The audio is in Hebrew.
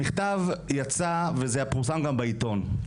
המכתב יצא, וזה פורסם גם בעיתון.